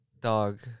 dog